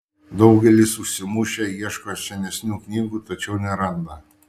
daugelis užsimušę ieško senesnių knygų tačiau neranda